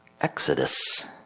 exodus